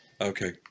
okay